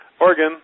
Oregon